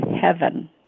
heaven